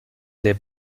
der